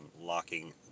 locking